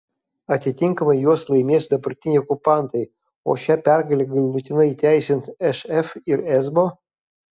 atitinkamai juos laimės dabartiniai okupantai o šią pergalę galutinai įteisins šf ir esbo